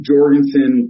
Jorgensen